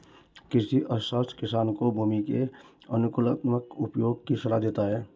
कृषि अर्थशास्त्र किसान को भूमि के अनुकूलतम उपयोग की सलाह देता है